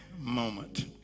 moment